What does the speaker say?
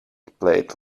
played